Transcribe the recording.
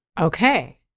Okay